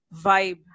vibe